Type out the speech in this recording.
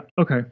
Okay